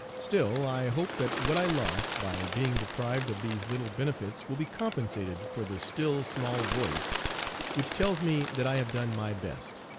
still, i hope that what i lost by being deprived of these little benefits will be compensated for the still small voice which tells me that i have done my best.